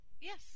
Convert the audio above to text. Yes